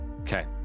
Okay